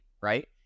right